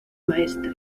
maestre